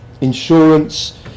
insurance